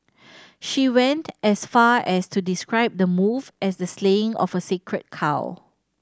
she went as far as to describe the move as the slaying of a sacred cow